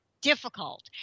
difficult